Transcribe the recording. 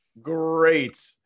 great